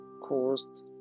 caused